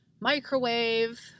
microwave